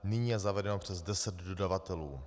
Nyní je zavedeno přes deset dodavatelů.